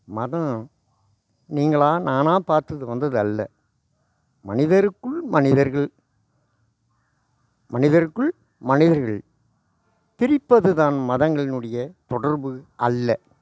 மதம் நீங்களாக நானா பார்த்தது வந்தது அல்ல மனிதருக்குள் மனிதர்கள் மனிதருக்குள் மனிதர்கள் பிரிப்பது தான் மதங்களினுடைய தொடர்பு அல்ல